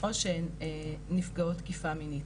או שהן נפגעות תקיפה מינית,